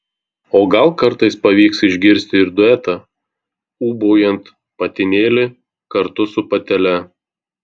o gal kartais pavyks išgirsti ir duetą ūbaujant patinėlį kartu su patele